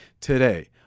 today